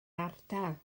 ardal